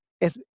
es